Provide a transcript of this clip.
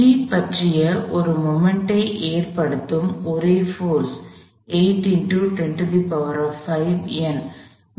G பற்றி ஒரு கணத்தை ஏற்படுத்தும் ஒரே போர்ஸ் 8 x 105 N